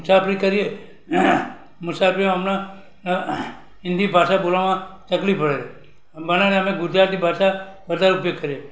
મુસાફરી કરીએ મુસાફરીમાં અમને હિન્દી ભાષા બોલવામાં તકલીફ પડે છે અમે ભણેલા એટલે ગુજરાતી ભાષા વધારે ઉપયોગ કરીએ